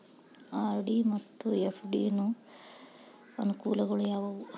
RD ಮತ್ತು FD ಯ ಅನುಕೂಲಗಳು ಯಾವವು?